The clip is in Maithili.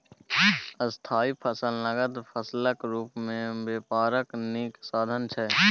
स्थायी फसल नगद फसलक रुप मे बेपारक नीक साधन छै